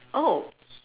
oh